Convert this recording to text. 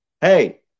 hey